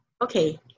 Okay